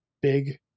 big